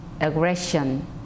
aggression